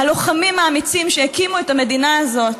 הלוחמים האמיצים שהקימו את המדינה הזאת,